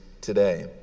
today